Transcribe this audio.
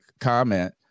comment